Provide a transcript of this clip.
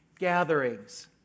gatherings